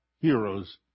heroes